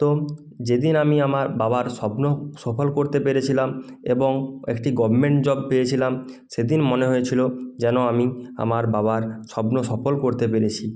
তো যেদিন আমি আমার বাবার স্বপ্ন সফল করতে পেরেছিলাম এবং একটি গভর্নমেন্ট জব পেয়েছিলাম সেদিন মনে হয়েছিলো যেন আমি আমার বাবার স্বপ্ন করতে পেরেছি